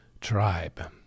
Tribe